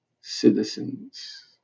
citizens